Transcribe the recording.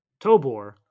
Tobor